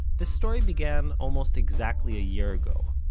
this story began almost exactly a year ago.